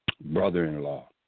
brother-in-law